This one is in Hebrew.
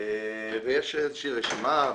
ויש איזושהי רשימה.